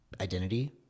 identity